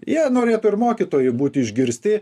jie norėtų ir mokytojų būti išgirsti